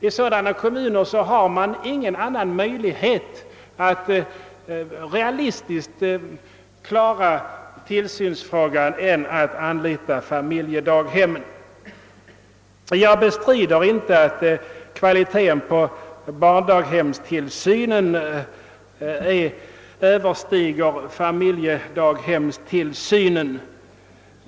I sådana kommuner har man ingen annan möjlighet att ordna tillsynsfrågan än att anlita familjedaghem. Jag bestrider inte att kvaliteten på barnstugetillsynen är bättre än familjedaghemstillsynen.